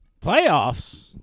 Playoffs